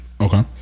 Okay